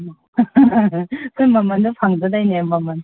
ꯑꯩꯈꯣꯏ ꯃꯃꯟꯗꯣ ꯐꯪꯗꯇꯧꯋꯤꯅꯦ ꯃꯃꯟ